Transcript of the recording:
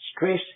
stress